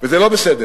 וזה לא בסדר.